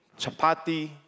chapati